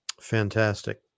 Fantastic